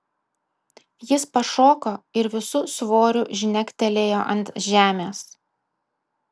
jis pašoko ir visu svoriu žnektelėjo ant žemės